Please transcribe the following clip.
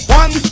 one